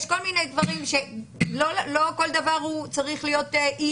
יש כל מיני דברים, לא כל דבר צריך להיות אי בודד.